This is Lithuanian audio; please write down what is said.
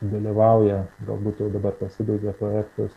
dalyvauja galbūt jau dabar jau pasibaigė projektas